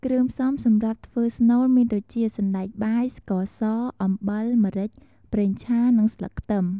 គ្រឿងផ្សំសម្រាប់ធ្វើស្នូលមានដូចជា សណ្តែកបាយ ស្ករសអំបិល ម្រេច ប្រេងឆា និងស្លឹកខ្ទឹម។